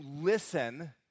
listen